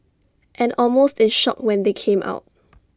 and almost in shock when they came out